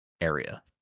area